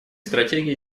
стратегии